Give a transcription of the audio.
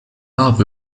arbre